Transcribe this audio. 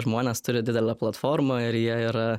žmonės turi didelę platformą ir jie yra